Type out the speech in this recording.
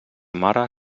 mare